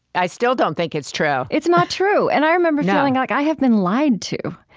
i still don't think it's true it's not true. and i remember feeling like, i have been lied to.